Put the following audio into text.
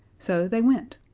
so they went.